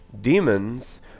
demons